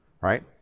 right